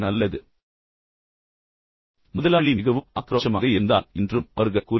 குறிப்பாக முதலாளியுடன் முரண்படுவதாகவும் பின்னர் முதலாளி மிகவும் ஆக்ரோஷமாக இருந்தால் என்றும் அவர்கள் கூறுகிறார்கள்